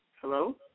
Hello